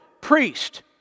priest